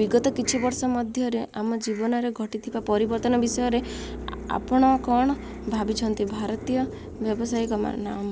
ବିଗତ କିଛି ବର୍ଷ ମଧ୍ୟରେ ଆମ ଜୀବନରେ ଘଟିଥିବା ପରିବର୍ତ୍ତନ ବିଷୟରେ ଆପଣ କ'ଣ ଭାବିଛନ୍ତି ଭାରତୀୟ ବ୍ୟବସାୟିକ ନାମ